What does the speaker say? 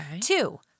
Two